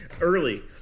early